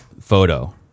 photo